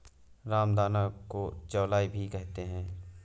रामदाना को चौलाई भी कहते हैं